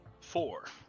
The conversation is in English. Four